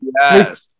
yes